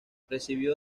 recibió